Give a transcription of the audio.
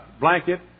blanket